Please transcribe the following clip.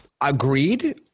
Agreed